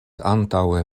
antaŭe